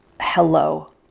hello